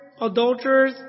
adulterers